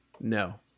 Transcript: No